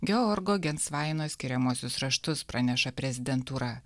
georgo gensvaino skiriamuosius raštus praneša prezidentūra